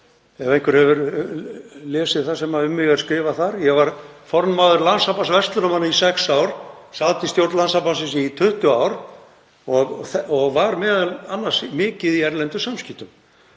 ef einhver hefur lesið það sem um mig er skrifað þar. Ég var formaður Landssambands verslunarmanna í sex ár, sat í stjórn landssambandsins í 20 ár og var m.a. mikið í erlendum samskiptum.